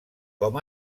com